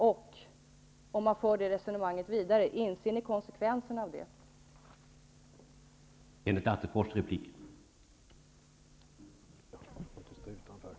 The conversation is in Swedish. För att föra resonemanget vidare: Inser ni konsekvenserna av detta?